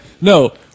No